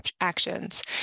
actions